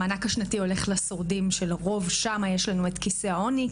המענק השנתי הולך לשורדים שלרוב שם יש לנו את כיסי העוני,